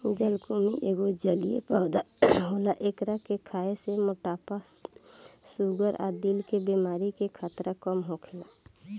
जलकुम्भी एगो जलीय पौधा होला एकरा के खाए से मोटापा, शुगर आ दिल के बेमारी के खतरा कम होखेला